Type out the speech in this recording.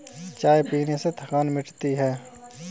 चाय पीने से थकान मिटती है